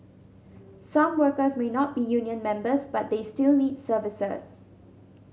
some workers may not be union members but they still need services